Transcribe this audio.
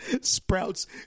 Sprouts